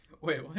Wait